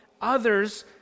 others